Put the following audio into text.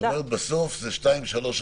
היא אומרת שבסוף זה שתיים-שלוש הכרזות.